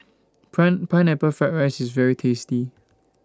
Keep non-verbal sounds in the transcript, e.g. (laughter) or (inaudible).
(unintelligible) Pineapple Fried Rice IS very tasty